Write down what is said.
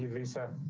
lisa.